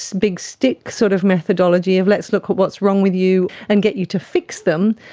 big stick sort of methodology of let's look at what's wrong with you and get you to fix them,